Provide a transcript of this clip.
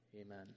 amen